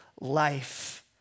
life